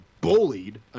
bullied